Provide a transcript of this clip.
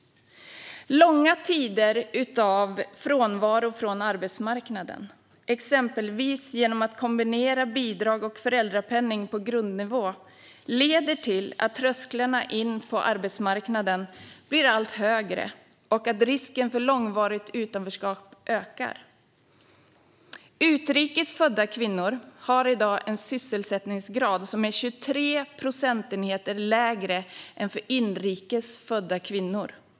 Långa tider av frånvaro från arbetsmarknaden, då man exempelvis kombinerar bidrag och föräldrapenning på grundnivå, leder till att trösklarna in på arbetsmarknaden blir allt högre och att risken för långvarigt utanförskap ökar. Utrikes födda kvinnor har i dag en sysselsättningsgrad som är 23 procentenheter lägre än för inrikes födda kvinnor.